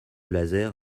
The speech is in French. laser